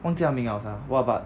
忘记他名了 sia !wah! but